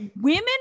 women